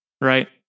Right